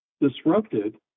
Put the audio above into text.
disrupted